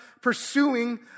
pursuing